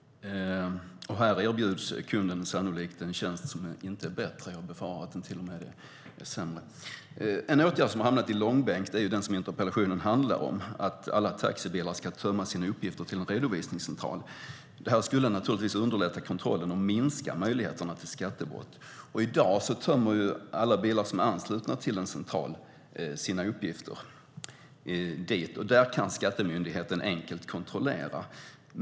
Kunden erbjuds sannolikt inte en tjänst som är bättre, jag befarar att den till och med är sämre. En åtgärd som har hamnat i långbänk är den som interpellationen handlar om, nämligen att alla taxibilar ska tömma sina uppgifter till en redovisningscentral. Det skulle underlätta kontrollen och minska möjligheterna till skattebrott. I dag tömmer alla bilar som är anslutna till en central sina uppgifter där, och skattemyndigheten kan enkelt kontrollera de bilarna.